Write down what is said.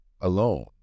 alone